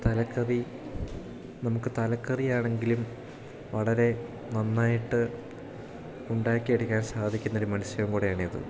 തലക്കറി നമുക്ക് തലക്കറിയാണെങ്കിലും വളരെ നന്നായിട്ട് ഉണ്ടാക്കി എടുക്കാൻ സാധിക്കുന്നൊരു മത്സ്യവും കൂടെ ആണിത്